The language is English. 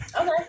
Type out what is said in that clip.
Okay